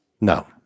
No